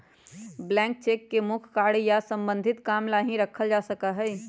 blank cheque के मुख्य कार्य या सम्बन्धित काम ला ही रखा जा सका हई